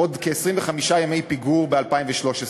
עד לכ-25 ימי פיגור ב-2013.